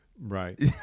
Right